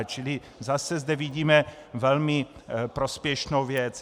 Čili zase zde vidíme velmi prospěšnou věc.